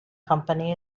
company